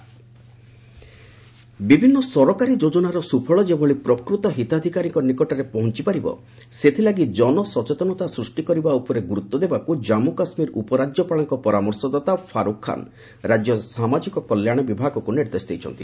JK UT adviser ବିଭିନ୍ନ ସରକାରୀ ଯୋଜନାର ସୁଫଳ ଯେଭଳି ପ୍ରକୃତ ହିତାଧିକାରୀଙ୍କ ନିକଟରେ ପହଞ୍ଚୁପାରିବ ସେଥିଲାଗି ଜନସଚେତନତା ସୃଷ୍ଟି କରିବା ଉପରେ ଗୁରୁତ୍ୱ ଦେବାକୁ ଜାମ୍ମୁ କାଶ୍ମୀର ଉପରାଜ୍ୟପାଳଙ୍କ ପରାମର୍ଶଦାତା ଫାରୁଖ୍ ଖାନ୍ ରାଜ୍ୟ ସାମାଜିକ କଲ୍ୟାଣ ବିଭାଗକୁ ନିର୍ଦ୍ଦେଶ ଦେଇଛନ୍ତି